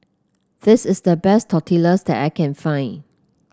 this is the best Tortillas that I can find